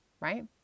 right